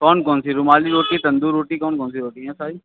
कौन कौन सी रुमाली रोटी तंदूर रोटी कौन कौन सी रोटी हैं सारी